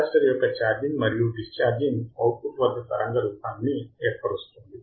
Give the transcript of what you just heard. capacitor యొక్క charging మరియు discharging output వద్ద తరంగానికి రూపాన్ని ఏర్పరుస్తుంది